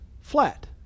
flat